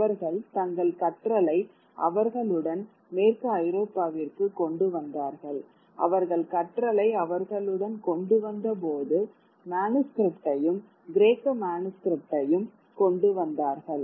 அவர்கள் தங்கள் கற்றலை அவர்களுடன் மேற்கு ஐரோப்பாவிற்கு கொண்டு வந்தார்கள் அவர்கள் கற்றலை அவர்களுடன் கொண்டு வந்தபோது மனுஸ்கிரிப்ட்டையும் கிரேக்க மனுஸ்கிரிப்ட்டையும் கொண்டு வந்தார்கள்